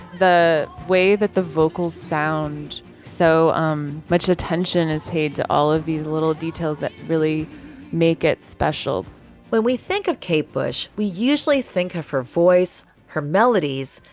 the way that the vocals sound, so um much attention is paid to all of these little details that really make it special when we think of cape bush, we usually think of her voice, her melodies,